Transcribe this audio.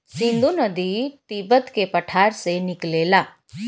सिन्धु नदी तिब्बत के पठार से निकलेला